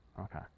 Okay